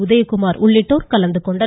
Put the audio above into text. உதயகுமார் உள்ளிட்டோர் கலந்து கொண்டனர்